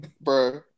bro